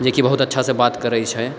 जे कि बहुत अच्छा सऽ बात करै छै